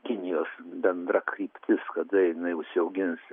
kinijos bendra kryptis kada jinai užsiaugins